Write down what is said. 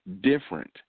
different